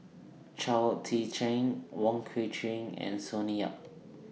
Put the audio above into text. Chao Tzee Cheng Wong Kwei Cheong and Sonny Yap